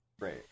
Great